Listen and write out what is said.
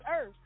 earth